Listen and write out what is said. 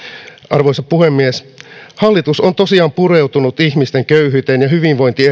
arvoisa puhemies hallitus on tosiaan pureutunut ihmisten köyhyyteen ja hyvinvointi